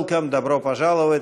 Welcome, דוברו פוז'לובט,